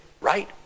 right